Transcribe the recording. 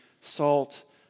salt